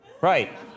Right